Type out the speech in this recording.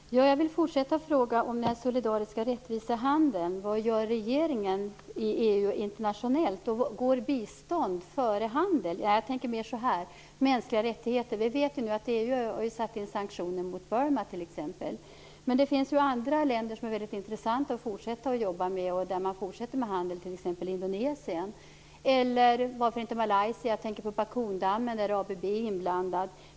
Herr talman! Jag vill fortsätta med att fråga vad regeringen gör i EU och internationellt för den solidariska rättvisehandeln. Går bistånd före handel? När det gäller mänskliga rättigheter vet vi att EU har satt in sanktioner mot Burma t.ex. Men det finns ju andra länder som är väldigt intressanta att fortsätta att jobba med, med vilka man fortsätter med handeln, t.ex. Indonesien eller varför inte Malaysia. Jag tänker också på Bakundammen på Borneo, där ABB är inblandat.